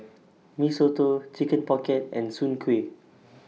Mee Soto Chicken Pocket and Soon Kway